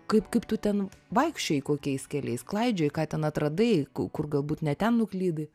kaip kaip tu ten vaikščiojai kokiais keliais klaidžiojai ką ten atradai kur galbūt ne ten nuklydai